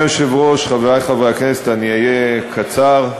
אדוני היושב-ראש, חברי חברי הכנסת, אני אהיה קצר.